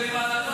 אין לי מה לענות.